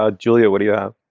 ah julia, what do you have?